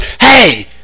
hey